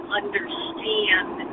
understand